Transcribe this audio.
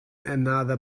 another